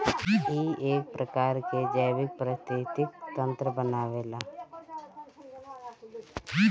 इ एक प्रकार के जैविक परिस्थितिक तंत्र बनावेला